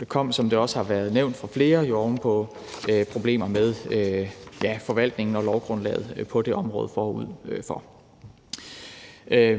det kom jo, som det også har været nævnt af flere, oven på problemer med forvaltningen og lovgrundlaget på det område forud for det.